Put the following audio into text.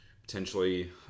potentially